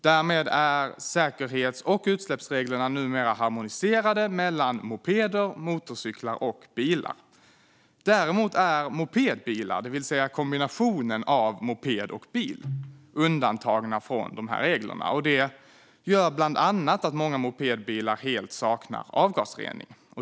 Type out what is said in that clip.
Därmed är säkerhets och utsläppsreglerna numera harmoniserade mellan mopeder, motorcyklar och bilar. Däremot är mopedbilar, det vill säga en kombination av moped och bil, undantagna från dessa regler. Det gör bland annat att många mopedbilar helt saknar avgasrening.